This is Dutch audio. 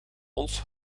ons